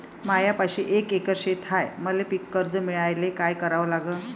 मायापाशी एक एकर शेत हाये, मले पीककर्ज मिळायले काय करावं लागन?